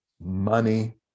money